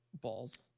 Balls